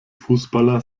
fußballer